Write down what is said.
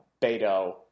Beto